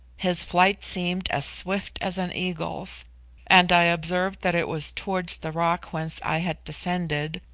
his flight seemed as swift as an eagle's and i observed that it was towards the rock whence i had descended,